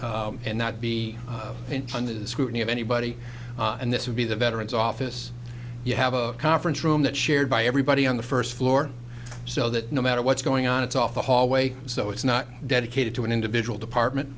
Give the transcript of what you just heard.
and not be in funded scrutiny of anybody and this would be the veteran's office you have a conference room that shared by everybody on the first floor so that no matter what's going on it's off the hallway so it's not dedicated to an individual department